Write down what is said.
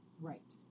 Right